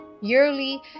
yearly